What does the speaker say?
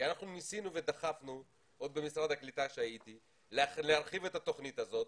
אנחנו ניסינו ודחפנו עוד כשהייתי במשרד הקליטה להרחיב את התוכנית הזו,